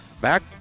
Back